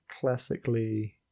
classically